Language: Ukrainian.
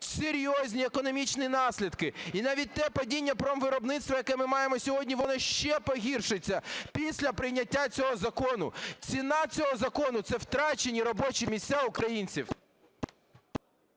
серйозні економічні наслідки. І навіть те падіння промвиробництва, яке ми маємо сьогодні, воно ще погіршиться. Після прийняття цього закону ціна цього закону - це втрачені робочі місця українців.